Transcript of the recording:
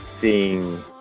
seeing